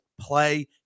play